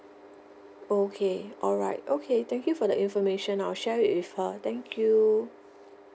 okay alright okay thank you for the information I'll share it with her thank you